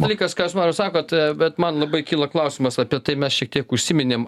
dalykas kas jūs mariau sakot bet man labai kyla klausimas apie tai mes šiek tiek užsiminėm